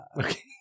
okay